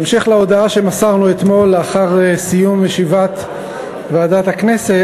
בהמשך להודעה שמסרנו אתמול לאחר סיום ישיבת ועדת הכנסת,